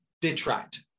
detract